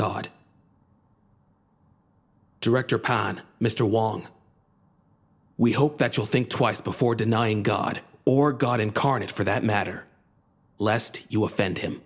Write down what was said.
god director pine mr wong we hope that you'll think twice before denying god or god incarnate for that matter lest you offend him